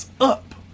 up